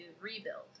rebuild